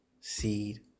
seed